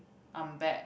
I'm back